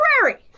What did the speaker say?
Prairie